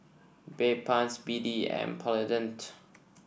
Bedpans B D and Polident